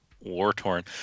war-torn